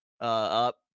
up